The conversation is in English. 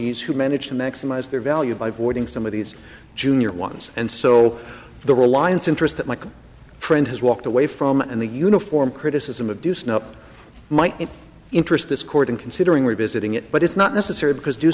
mortgagees who manage to maximize their value by boarding some of these junior ones and so the reliance interest that my friend has walked away from and the uniform criticism of dusun up might interest this court in considering revisiting it but it's not necessary because do